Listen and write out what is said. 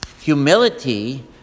Humility